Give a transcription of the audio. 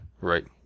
Right